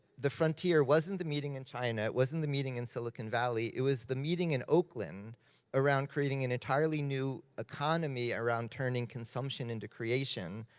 the frontier wasn't the meeting in china, it wasn't the meeting in silicon valley, it was the meeting in oakland around creating an entirely new economy around turning consumption into creation.